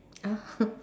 ah